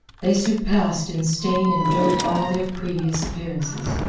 they surpassed in stain and dirt all their previous appearances.